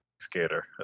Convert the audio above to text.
skater